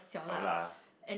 xiao la:小辣 ah